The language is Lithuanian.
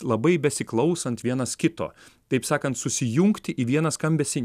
labai besiklausant vienas kito taip sakant susijungti į vieną skambesį